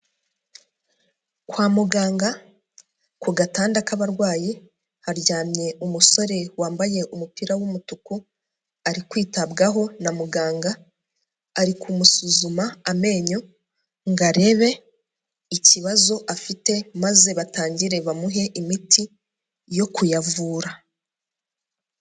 Kwa muganga ku gatanda k'abarwayi, haryamye umusore wambaye umupira w'umutuku, ari kwitabwaho na muganga, ari kumusuzuma amenyo ngo arebe ikibazo afite maze batangire bamuhe imiti yo kuyavura.